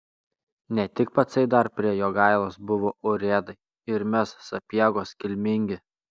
ne tik pacai dar prie jogailos buvo urėdai ir mes sapiegos kilmingi